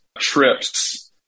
Trips